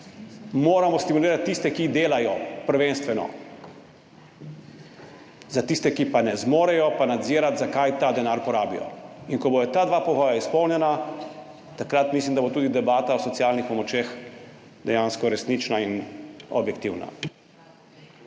moramo stimulirati tiste, ki prvenstveno delajo, za tiste, ki ne zmorejo, pa nadzirati, za kaj ta denar porabijo. Ko bosta ta dva pogoja izpolnjena, takrat mislim, da bo tudi debata o socialnih pomočeh dejansko resnična in objektivna.